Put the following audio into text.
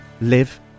live